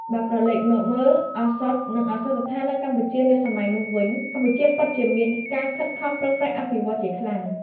បើក្រឡេកមកមើល ឱសថ និងឱសថស្ថាននៅកម្ពុជានាសម័យនោះវិញ កម្ពុជាពិតជាមានការខិតខំប្រឹងប្រែងអភិវឌ្ឍន៍ជាខ្លាំង។